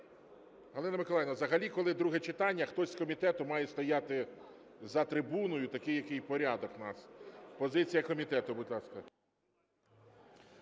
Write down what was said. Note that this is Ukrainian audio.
Галина Миколаївна, взагалі коли друге читання, хтось з комітету має стояти за трибуною, такий порядок у нас. Позиція комітету, будь ласка.